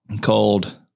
called